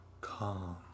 Calm